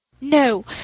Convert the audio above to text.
No